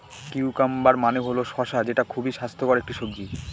cucumber মানে হল শসা যেটা খুবই স্বাস্থ্যকর একটি সবজি